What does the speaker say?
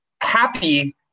happy